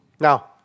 Now